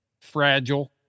fragile